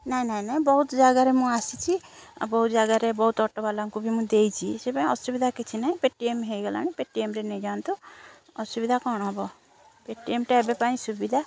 ନାଇଁ ନାଇଁ ନାଇଁ ବହୁତ ଜାଗାରେ ମୁଁ ଆସିଛି ଆଉ ବହୁତ ଜାଗାରେ ବହୁତ ଅଟୋବାଲାଙ୍କୁ ବି ମୁଁ ଦେଇଛି ସେଇଥିପାଇଁ ଅସୁବିଧା କିଛି ନାହିଁ ପେଟିଏମ୍ ହୋଇଗଲାଣି ପେଟିଏମ୍ରେ ନେଇଯାଆନ୍ତୁ ଅସୁବିଧା କ'ଣ ହେବ ପେଟିଏମ୍ଟା ଏବେ ପାଇଁ ସୁବିଧା